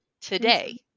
today